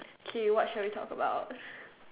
okay what shall we talk about